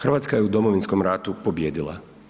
Hrvatska je u Domovinskom ratu pobijedila.